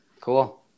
Cool